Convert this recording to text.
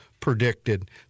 predicted